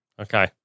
Okay